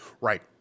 right